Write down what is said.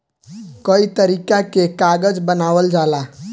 कई तरीका के कागज बनावल जाला